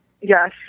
yes